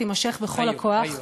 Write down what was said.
תימשך בכל הכוח,